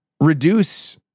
reduce